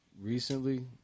recently